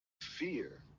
fear